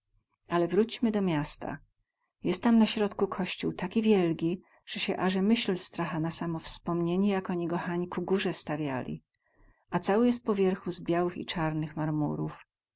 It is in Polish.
ale wróćmy do miasta jest tam na środku kościół taki wielgi ze sie aze myśl stracha na samo wspomnienie jak oni go hań ku górze stawiali a cały jest po wierchu z białych i carnych marmurów